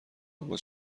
اما